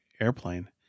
airplane